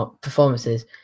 performances